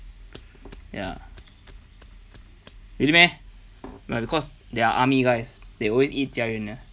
ya really meh ya because they are army guys they always eat 佳园 [one]